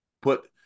put